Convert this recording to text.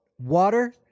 water